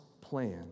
plan